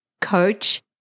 coach